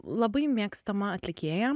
labai mėgstama atlikėja